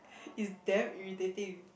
is damn irritating